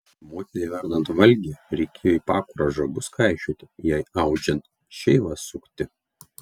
motinai verdant valgį reikėjo į pakurą žabus kaišioti jai audžiant šeivas sukti